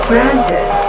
granted